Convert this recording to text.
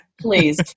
please